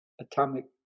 atomic